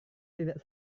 tidak